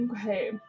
okay